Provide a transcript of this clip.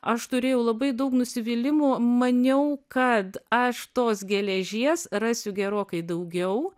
aš turėjau labai daug nusivylimų maniau kad aš tos geležies rasiu gerokai daugiau